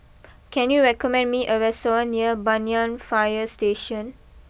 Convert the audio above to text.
can you recommend me a restaurant near Banyan fire Station